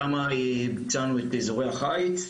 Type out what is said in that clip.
שם ביצענו את אזורי החיץ.